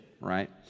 right